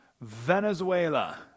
Venezuela